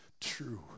true